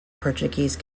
portuguese